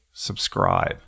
subscribe